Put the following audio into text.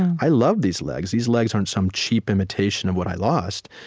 i love these legs. these legs aren't some cheap imitation of what i lost.